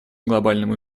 глобальному